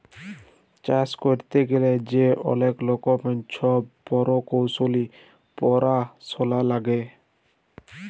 চাষ ক্যইরতে গ্যালে যে অলেক রকমের ছব পরকৌশলি পরাশলা লাগে